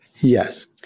Yes